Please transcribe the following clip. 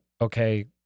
okay